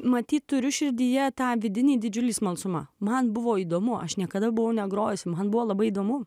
matyt turiu širdyje tą vidinį didžiulį smalsumą man buvo įdomu aš niekada buvo negrojusi man buvo labai įdomu